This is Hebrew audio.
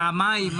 פעמיים,